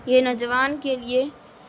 یہ نوجوان کے لیے